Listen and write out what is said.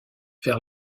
vers